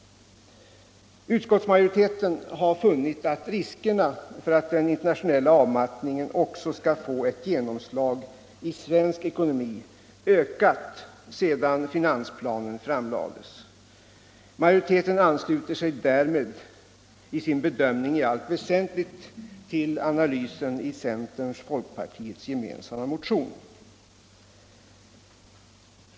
Utskottsmajoriteten har funnit att riskerna för att den internationella avmattningen också skall få ett genomslag i svensk ekonomi ökat sedan finansplanen framlades. Majoriteten ansluter sig därmed i sin bedömning i allt väsentligt till analysen i centerns och folkpartiets gemensamma motion.